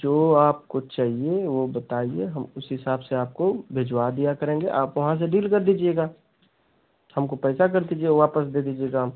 जो आपको चाहिए वो बताइए हम उस हिसाब से आपको भिजवा दिया करेंगे आप वहाँ से डील कर दीजिएगा हमको पैसा कर दीजिए वापस दे दीजिएगा हम